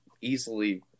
easily